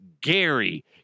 Gary